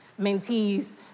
mentees